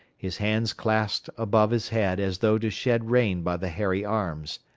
his hands clasped above his head as though to shed rain by the hairy arms.